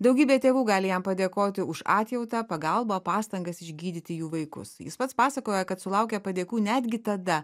daugybė tėvų gali jam padėkoti už atjautą pagalbą pastangas išgydyti jų vaikus jis pats pasakoja kad sulaukė padėkų netgi tada